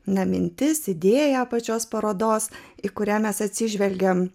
ne mintis idėja pačios parodos į kurią mes atsižvelgiame